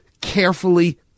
carefully